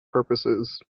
purposes